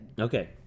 Okay